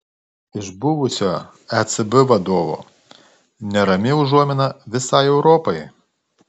iš buvusio ecb vadovo nerami užuomina visai europai